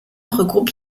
regroupe